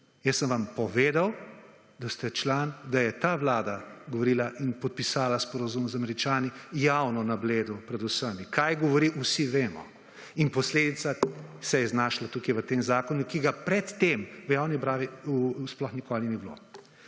Jaz sem vam povedal, da je ta Vlada govorila in podpisala sporazum z Američani javno na Bledu, pred vsemi; kaj govori, vsi vemo. In posledica se je znašla tu v tem zakonu, ki ga pred tem v javni razpravi sploh nikoli ni bilo.